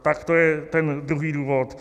Tak to je ten druhý důvod.